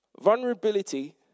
vulnerability